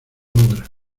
obra